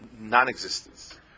non-existence